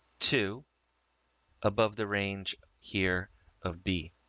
two above the range here of b.